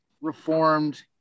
reformed